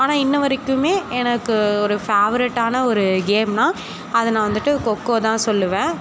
ஆனால் இன்னி வரைக்குமே எனக்கு ஒரு ஃபேவரட்டான ஒரு கேம்னால் அது நான் வந்துட்டு கொக்கோ தான் சொல்லுவேன்